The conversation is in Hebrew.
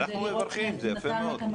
אנחנו מברכים על זה, זה יפה מאוד.